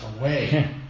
away